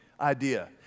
idea